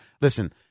Listen